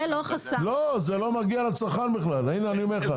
זה לא חסם לא, זה לא מגיע לצרכן בכלל אני אומר לך.